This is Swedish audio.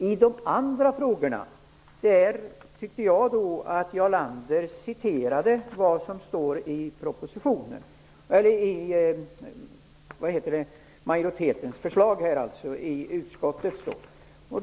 I de andra frågorna tyckte jag att Jarl Lander citerade vad som sägs i utskottsmajoritetens förslag i betänkandet.